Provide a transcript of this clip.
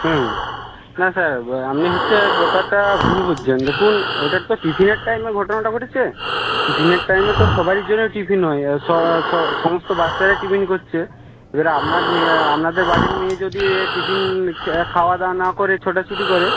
হুম না স্যার আপনি হচ্ছে ব্যাপারটা ভুল বুঝছেন দেখুন ওটার তো টিফিনের টাইমে ঘটনাটা ঘটেছে টিফিনের টাইমে তো সবাইয়ের জন্যে টিফিন হয় আর সমস্ত বাচ্চারাই টিফিন করছে এবার আপনার মেয়ে আপনাদের বাড়ির মেয়ে যদি টিফিন খাওয়া দাওয়া না করে ছোটাছুটি করে